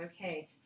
okay